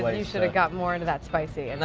but you should've got more into that spicy. and